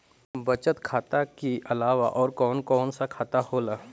बचत खाता कि अलावा और कौन कौन सा खाता होला?